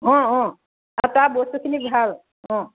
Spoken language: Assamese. অঁ অঁ তাৰ বস্তুখিনি ভাল অঁ